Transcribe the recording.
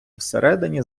всередині